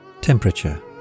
Temperature